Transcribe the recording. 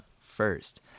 first